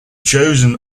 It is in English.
chosen